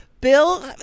Bill